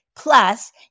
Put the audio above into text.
Plus